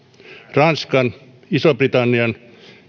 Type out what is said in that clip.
ranskan ison britannian